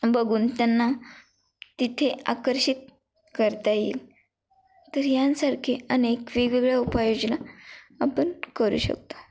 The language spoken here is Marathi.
बघून त्यांना तिथे आकर्षित करता येईल तर यासारखे अनेक वेगवेगळ्या उपाययोजना आपण करू शकतो